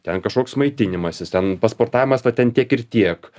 ten kažkoks maitinimasis ten pasportavimas va ten tiek ir tiek